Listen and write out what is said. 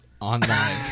online